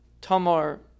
Tamar